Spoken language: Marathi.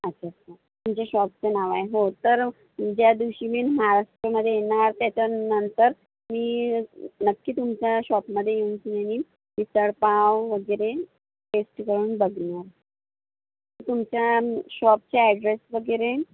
अच्छा अच्छा तुमच्या शॉपचं नाव आहे हो तर ज्या दिवशी मी महाराष्टमध्ये येणार त्यच्यानंतर मी नक्की तुमच्या शॉपमध्ये येऊन किनई मिसळ पाव वगैरे टेस्ट करून बघणार तुमच्या शॉपचा ॲड्रेस वगेरे